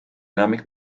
enamik